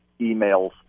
emails